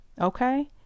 Okay